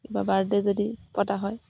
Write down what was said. কিবা বাৰ্থডে যদি পতা হয়